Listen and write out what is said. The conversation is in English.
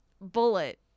Bullet